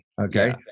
Okay